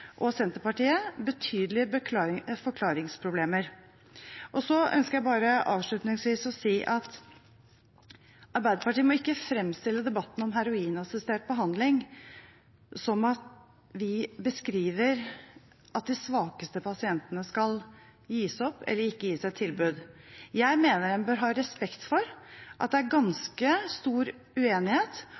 og Senterpartiet betydelige forklaringsproblemer. Så ønsker jeg avslutningsvis å si at Arbeiderpartiet ikke må fremstille debatten om heroinassistert behandling som at vi beskriver at de svakeste pasientene skal gis opp, eller ikke gis et tilbud. Jeg mener en bør ha respekt for at det er ganske stor uenighet,